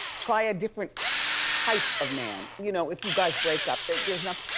try a different type of man. you know, if you guys break up, there's enough,